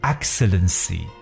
Excellency